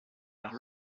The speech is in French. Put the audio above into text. par